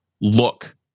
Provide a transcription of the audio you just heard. look